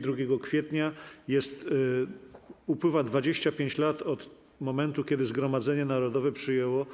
2 kwietnia upływa 25 lat od momentu, kiedy Zgromadzenie Narodowe przyjęło